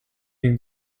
den